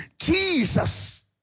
Jesus